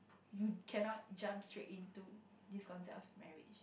you cannot jump straight into this concept of marriage